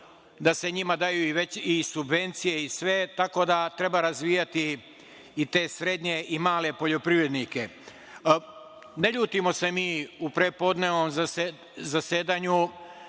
da se njima daju veće subvencije i sve. Tako da treba razvijati i te srednje i male poljoprivrednike. Ne ljutimo se mi, u prepodnevnom zasedanju